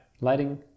Lighting